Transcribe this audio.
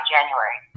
January